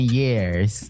years